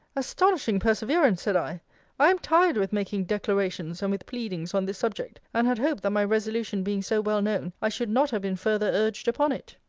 astonishing perseverance! said i i am tired with making declarations and with pleadings on this subject and had hoped, that my resolution being so well known, i should not have been further urged upon it.